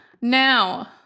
Now